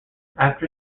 after